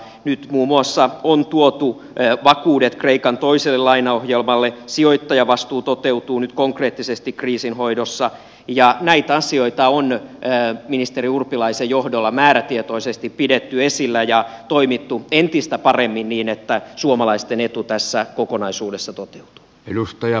nyt muun muassa on tuotu vakuudet kreikan toiselle lainaohjelmalle sijoittajavastuu toteutuu nyt konkreettisesti kriisinhoidossa ja näitä asioita on ministeri urpilaisen johdolla määrätietoisesti pidetty esillä ja toimittu entistä paremmin niin että suomalaisten etu tässä kokonaisuudessa toteutuu